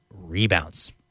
rebounds